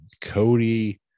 Cody